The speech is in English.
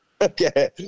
Okay